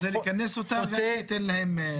אתה רוצה לכנס אותם ואז לתת להם את הזכות להצביע.